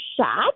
shot